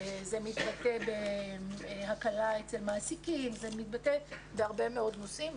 זה מתבטא בהקלה אצל מעסיקים וזה מתבטא בהרבה מאוד נושאים.